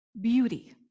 beauty